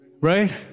right